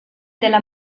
della